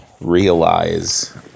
realize